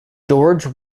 george